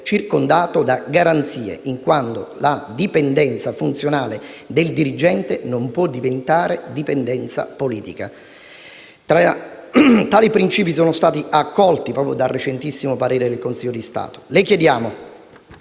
circondato da garanzie, in quanto la dipendenza funzionale del dirigente non può diventare dipendenza politica. Tali principi sono stati accolti anche dal recentissimo parere del Consiglio di Stato. Le chiediamo: